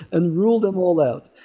and rule them all out.